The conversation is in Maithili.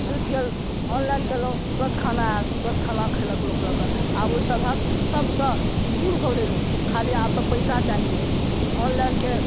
सुति गेल ऑनलाइन केलहुॅं तुरत खाना आयल तुरत खाना खेलक लोक लऽकऽ आब ओहि सभहक सभसँ दूर भऽ गेलै लोक खाली आब तऽ पैसा चाहिये ऑनलाइनके